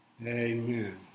Amen